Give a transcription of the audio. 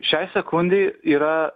šiai sekundei yra